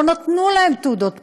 לא נתנו להם תעודות פליט.